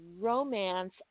romance